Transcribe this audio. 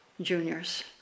juniors